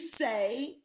say